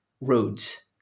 roads